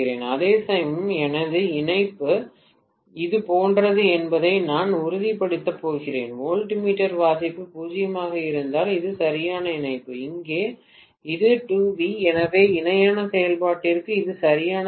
அதேசமயம் எனது இணைப்பு இது போன்றது என்பதை நான் உறுதிப்படுத்தப் போகிறேன் வோல்ட்மீட்டர் வாசிப்பு 0 ஆக இருந்தால் இது சரியான இணைப்பு இங்கே இது 2 வி எனவே இணையான செயல்பாட்டிற்கு இது சரியானதல்ல